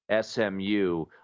SMU